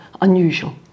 unusual